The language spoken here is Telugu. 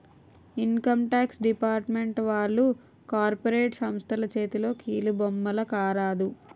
ఇన్కమ్ టాక్స్ డిపార్ట్మెంట్ వాళ్లు కార్పొరేట్ సంస్థల చేతిలో కీలుబొమ్మల కారాదు